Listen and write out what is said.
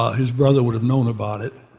his brother would have known about it.